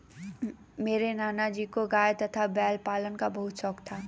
मेरे नाना जी को गाय तथा बैल पालन का बहुत शौक था